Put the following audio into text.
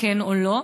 כן או לא.